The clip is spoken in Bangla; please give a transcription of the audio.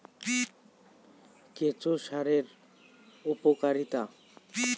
কেঁচো সারের উপকারিতা?